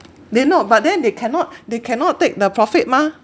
they know but then they cannot they cannot take the profit mah